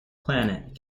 plant